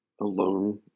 alone